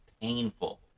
painful